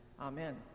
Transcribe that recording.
Amen